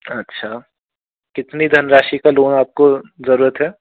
अच्छा कितनी धन राशि का लोन आपको ज़रूरत है